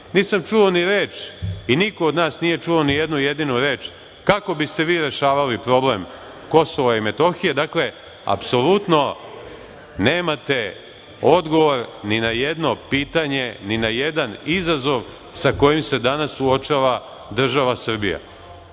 Nisam čuo ni reč i niko od nas nije čuo nijednu jedinu reč kako biste vi rešavali problem Kosova i Metohije. Dakle, apsolutno nemate odgovor ni na jedno pitanje, ni na jedan izazov sa kojim se danas suočava država